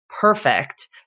perfect